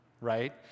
right